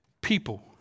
people